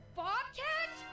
bobcat